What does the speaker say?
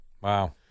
Wow